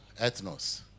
ethnos